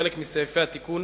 חלק מסעיפי התיקון